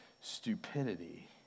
stupidity